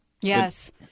yes